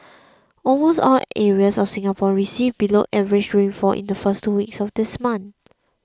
almost all areas of Singapore received below average rainfall in the first two weeks of this month